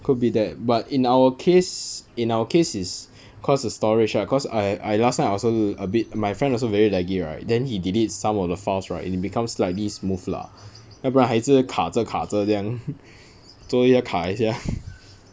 could be that but in our case in our case is cause the storage lah cause I I last time I also a bit my friend also very laggy right then he delete some of the files right and it becomes slightly smooth lah 要不然他一直卡着卡着这样做一下卡一下